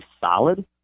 solid